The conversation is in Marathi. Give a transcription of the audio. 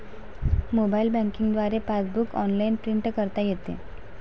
मोबाईल बँकिंग द्वारे पासबुक ऑनलाइन प्रिंट करता येते